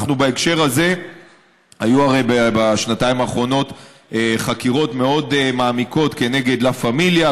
בהקשר הזה היו בשנתיים האחרונות חקירות מאוד מעמיקות כנגד לה פמיליה,